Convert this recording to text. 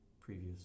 previous